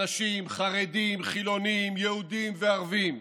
אנשים חרדים, חילונים, יהודים וערבים.